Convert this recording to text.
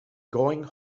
going